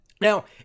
Now